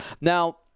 Now